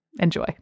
Enjoy